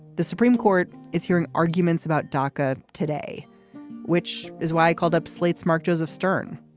the supreme court is hearing arguments about dhaka today which is why i called up slate's mark joseph stern